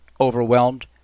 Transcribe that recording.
overwhelmed